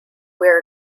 wear